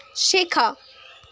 শেখা